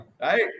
Right